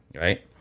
Right